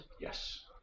Yes